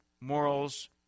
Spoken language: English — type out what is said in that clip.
morals